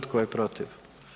Tko je protiv?